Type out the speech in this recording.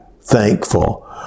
thankful